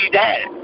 dad